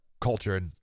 culture